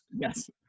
Yes